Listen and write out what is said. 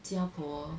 家婆